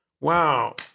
Wow